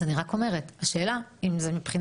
אנחנו שומעים חדשות לבקרים כותרות על קופות